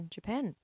Japan